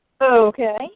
Okay